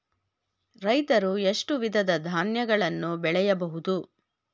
ರೈತರು ಎಷ್ಟು ವಿಧದ ಧಾನ್ಯಗಳನ್ನು ಬೆಳೆಯಬಹುದು?